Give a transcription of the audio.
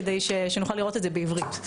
כדי שנוכל לראות את זה בעברית.